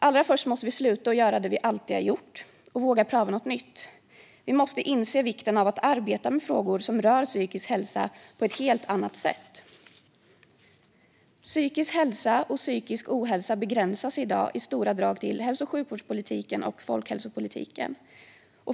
Allra först måste vi sluta att göra det vi alltid har gjort och våga pröva något nytt. Vi måste inse vikten av att arbeta med frågor som rör psykisk hälsa på ett helt annat sätt. Psykisk hälsa och psykisk ohälsa begränsas i dag, i stora drag, till hälso och sjukvårdspolitiken och folkhälsopolitiken.